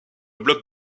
bloc